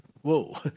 Whoa